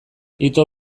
ito